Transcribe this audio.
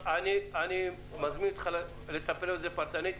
אני מזמין אותך לטפל בזה פרטנית.